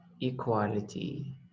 equality